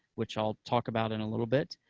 which i'll talk about in a little bit,